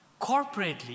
corporately